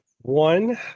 one